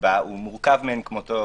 שנקבע הוא מורכב מאין כמותו.